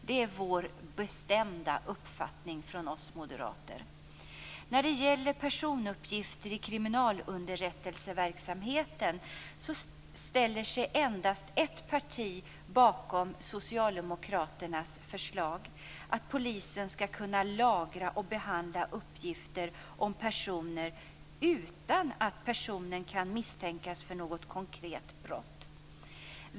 Det är den bestämda uppfattningen från oss moderater. När det gäller personuppgifter i kriminalunderrättelseverksamheten ställer sig endast ett parti bakom socialdemokraternas förslag att polisen skall kunna lagra och behandla uppgifter om en person utan att personen kan misstänkas för något konkret brott.